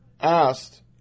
asked